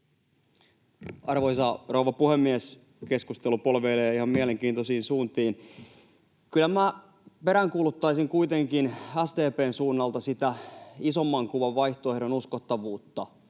Arvoisa rouva puhemies! Keskustelu polveilee ihan mielenkiintoisiin suuntiin. Kyllä minä peräänkuuluttaisin kuitenkin SDP:n suunnalta sitä isomman kuvan vaihtoehdon uskottavuutta.